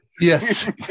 Yes